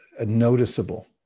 noticeable